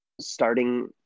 starting